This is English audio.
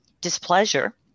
displeasure